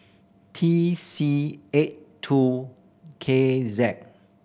T C eight two K Z